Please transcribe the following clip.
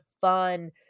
fun